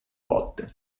volte